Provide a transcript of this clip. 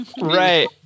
right